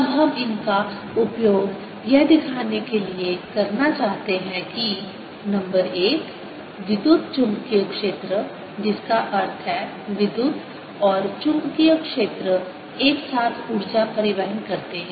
अब हम इनका उपयोग यह दिखाने के लिए करना चाहते हैं कि नंबर 1 विद्युत चुम्बकीय क्षेत्र जिसका अर्थ है विद्युत और चुंबकीय क्षेत्र एक साथ ऊर्जा परिवहन करते हैं